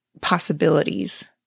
possibilities